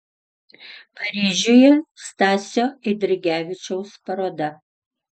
paryžiuje stasio eidrigevičiaus paroda